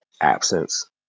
absence